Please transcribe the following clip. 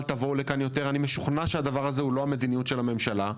להגיע לכאן יותר ואני משוכנע שזו לא המדיניות של הממשלה.